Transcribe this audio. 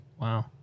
Wow